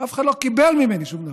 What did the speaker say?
ואף אחד לא קיבל ממני שום דבר.